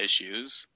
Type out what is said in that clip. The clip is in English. issues